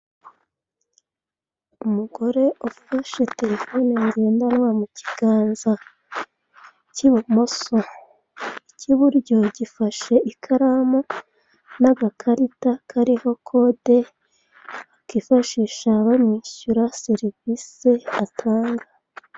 Umugore ufashe terefone ngendanwa mu kiganza k'ibumoso, ikiburyo gifashe ikaramu n'agakarita kariho kode bakifashiasha bamwishyura serivise atanga.